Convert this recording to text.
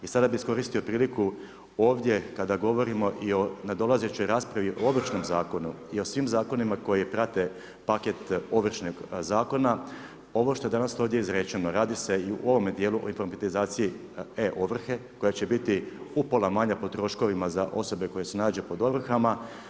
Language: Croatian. I sada bih iskoristio priliku ovdje kada govorimo i o nadolazećoj raspravi o Ovršnom zakonu i o svim zakonima koji prate paket Ovršnog zakona ovo što je danas ovdje izrečeno, radi se i o ovome dijelu o informatizaciji e-ovrhe koja će biti upola manja po troškovima za osobe koje se nađu pod ovrhama.